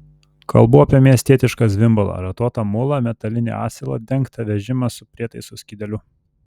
kalbu apie miestietišką zvimbalą ratuotą mulą metalinį asilą dengtą vežimą su prietaisų skydeliu